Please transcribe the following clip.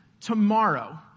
tomorrow